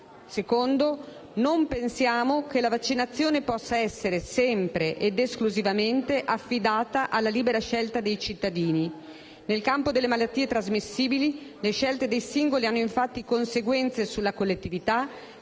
seconda: non pensiamo che la vaccinazione possa essere sempre e esclusivamente affidata alla libera scelta dei cittadini. Nel campo delle malattie trasmissibili le scelte dei singoli hanno infatti conseguenze sulla collettività